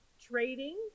trading